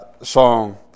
song